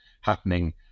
happening